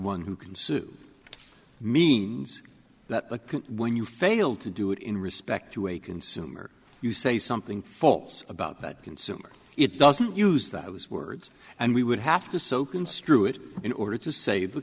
one who can sue means that when you fail to do it in respect to a consumer you say something falls about that consumer it doesn't use those words and we would have to so construe it in order to say the